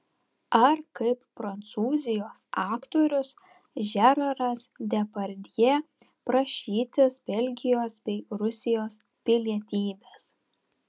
ar kaip prancūzijos aktorius žeraras depardjė prašytis belgijos bei rusijos pilietybės